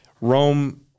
Rome